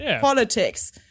politics